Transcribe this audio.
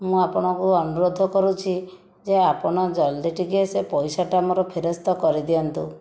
ମୁଁ ଆପଣଙ୍କୁ ଅନୁରୋଧ କରୁଛି ଯେ ଆପଣ ଜଲ୍ଦି ଟିକିଏ ସେ ପଇସାଟା ମୋର ଫେରସ୍ତ କରିଦିଅନ୍ତୁ